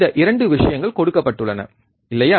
இந்த 2 விஷயங்கள் கொடுக்கப்பட்டுள்ளன இல்லையா